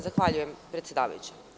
Zahvaljujem, predsedavajuća.